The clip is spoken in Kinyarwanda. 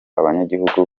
abanyagihugu